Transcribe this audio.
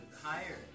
higher